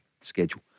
schedule